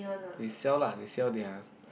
they sell lah they sell their